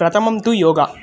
प्रथमं तु योगा